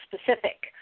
specific